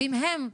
ואם הם,